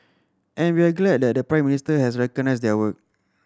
and we're glad that the Prime Minister has recognised their work